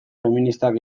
feministak